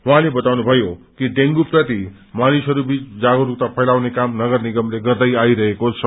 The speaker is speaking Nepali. उहाँले बताउनुभयो कि डेंगूप्रति मानिसहरूबीच जागरूकता फैलाउने काम नगर निगमले गर्दै आइरहेको छ